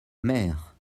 mère